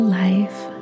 life